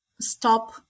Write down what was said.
stop